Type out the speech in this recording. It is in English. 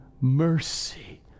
mercy